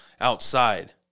outside